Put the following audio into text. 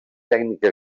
tècnica